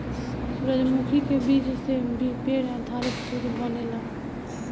सूरजमुखी के बीज से भी पेड़ आधारित दूध बनेला